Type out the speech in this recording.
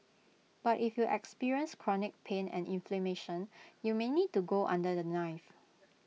but if you experience chronic pain and inflammation you may need to go under the knife